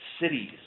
cities